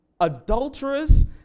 adulterers